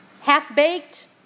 half-baked